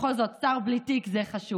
בכל זאת, שר בלי תיק זה חשוב.